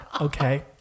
Okay